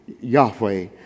Yahweh